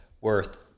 worth